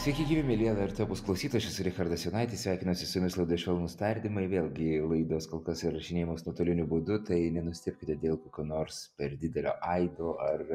sveiki gyvi mieli lrt opus klausytojai aš esu richardas jonaitis sveikinuosi su jumis laidoje švelnūs tardymai vėlgi laidos kol kas įrašinėjamos nuotoliniu būdu tai nenustebkite dėl kokio nors per didelio aido ar